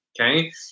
Okay